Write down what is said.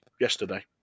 yesterday